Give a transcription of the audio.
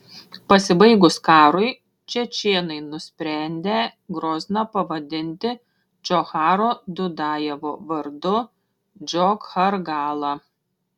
pasibaigus karui čečėnai nusprendę grozną pavadinti džocharo dudajevo vardu džochargala